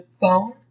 phone